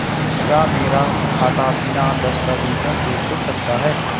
क्या मेरा खाता बिना दस्तावेज़ों के खुल सकता है?